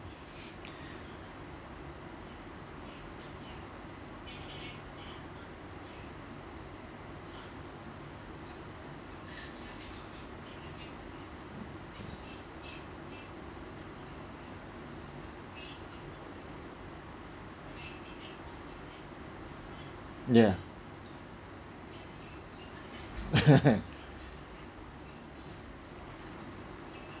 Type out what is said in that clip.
ya